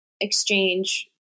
exchange